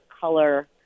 color